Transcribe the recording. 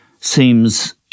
seems